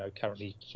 currently